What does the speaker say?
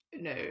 No